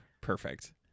Perfect